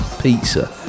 Pizza